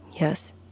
Yes